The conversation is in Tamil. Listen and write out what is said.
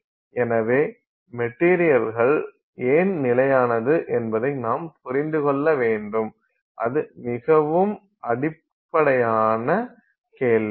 எனவே மெட்டீரியல்கள் ஏன் நிலையானது என்பதை நாம் புரிந்து கொள்ள வேண்டும் அது மிகவும் அடிப்படையான கேள்வி